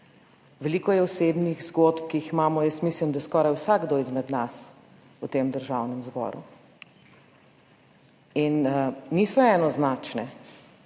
veliko je osebnih zgodb, ki jih imamo, jaz mislim, da skoraj vsakdo izmed nas v tem Državnem zboru in niso enoznačne,